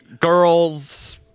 Girls